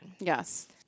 Yes